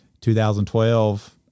2012